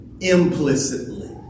implicitly